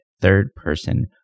third-person